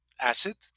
acid